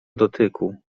dotyku